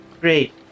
Great